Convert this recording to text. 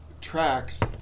tracks